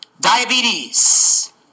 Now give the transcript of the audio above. Diabetes